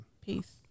Peace